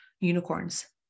unicorns